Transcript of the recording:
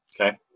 Okay